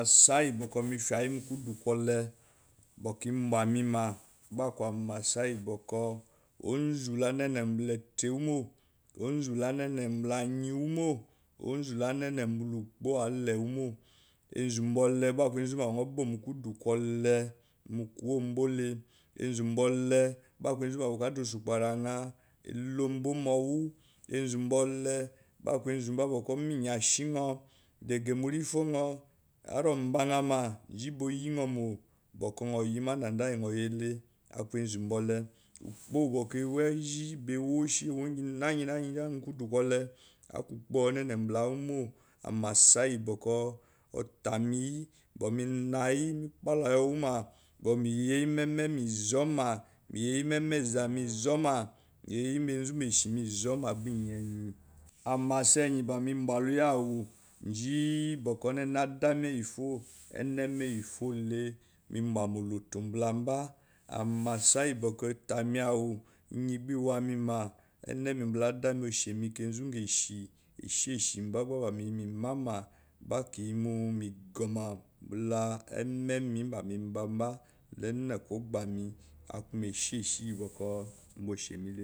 Amasa iyi bokwu mefai mu kudu kole gba aku amasa onzu lanene mba ta etewumo onzu lá nene mba la anywomo onzu la nene mba la ukpo walewumo mbule gba aku enzu mba boku nyo bo enzu mbole gba adasukp aranga clombo mowule enzu mbale gba omanyashi daga murifonyo nji mbanyama nji ba oyi nyo mo bokou nyo yi madada yi bokou nyo yile ukpo wu bokou ewoeji ewo oshi ngignana mo kudukole ukpo unene mbalawumo amasayi utameyi bokour ime menayima meraiyi bu meyenyi meme izoma me yeyi menba izami izoma meyeyi me zumbeshi me izoma gbaiyenyi amasayi gbame mbaluyi awu nji ba onene adami efiyo eneme eyifo le me mba mooto mbalba amasa iyi boko otame awu iyen gba ba iwame male eneme mba la adame oshami kanzu ngashi esh ishembo gba ba meyi memama le gba kiyi meguma ememe mba me ngamba la ene kogba me aku maishishi iyibokor eneme mbala adame ba oshimele